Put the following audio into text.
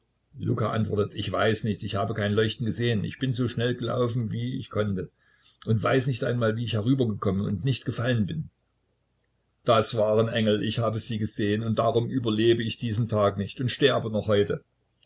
luka antwortet ich weiß nicht ich habe kein leuchten gesehen ich bin so schnell gelaufen wie ich konnte und weiß nicht einmal wie ich herübergekommen und nicht gefallen bin das waren engel ich habe sie gesehen und darum überlebe ich diesen tag nicht und sterbe noch heute